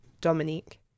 dominique